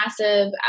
massive